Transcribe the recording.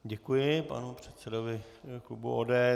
Děkuji panu předsedovi klubu ODS.